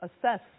assess